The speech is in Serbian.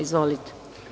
Izvolite.